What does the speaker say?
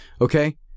okay